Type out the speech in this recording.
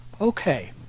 Okay